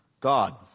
God